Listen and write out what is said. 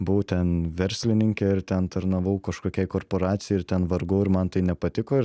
buvau ten verslininkė ir ten tarnavau kažkokiai korporacija ir ten vargau ir man tai nepatiko